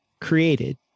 created